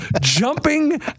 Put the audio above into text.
jumping